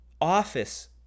office